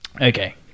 Okay